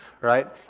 right